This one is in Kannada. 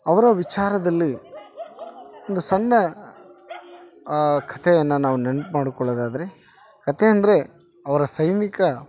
ಅವರ ವಿಚಾರದಲ್ಲಿ ಒಂದು ಸಣ್ಣ ಕತೆಯನ್ನ ನಾವು ನೆನಪು ಮಾಡ್ಕೊಳೊದಾದರೆ ಕತೆಯಂದರೆ ಅವರ ಸೈನಿಕ